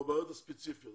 בבעיות הספציפיות.